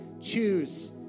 Choose